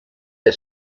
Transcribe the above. are